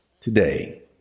today